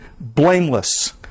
blameless